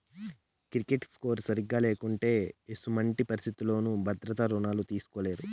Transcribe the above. credit score సరిగా లేకుంటే ఎసుమంటి పరిస్థితుల్లోనూ భద్రత రుణాలు తీస్కోలేరు